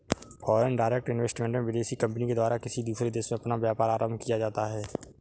foreign direct investment में विदेशी company के द्वारा किसी दूसरे देश में अपना व्यापार आरंभ किया जाता है